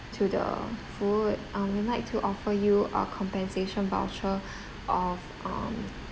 to the food I would like to offer you a compensation voucher of um